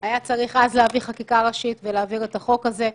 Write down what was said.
כבר אז היה צריך להביא חקיקה ראשית ולהעביר את החוק הזה.